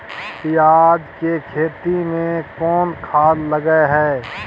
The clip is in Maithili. पियाज के खेती में कोन खाद लगे हैं?